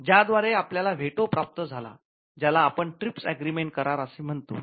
ज्याद्वारे आपल्याला व्हेटो प्राप्त झाला आणि ज्याला आपण टिप्स अग्रीमेंट करार असे म्हणतो